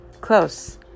close